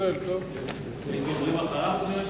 מדברים אחריו,